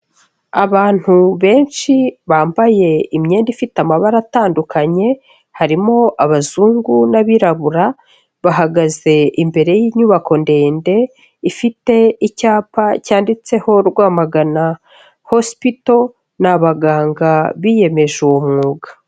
Abantu benshi bambaye imyenda ifite amabara atandukanye, harimo abazungu n'abirabura, bahagaze imbere y'inyubako ndende, ifite icyapa cyanditseho Rwamagana Hospital n'abaganga biyemeje uwo mwuga.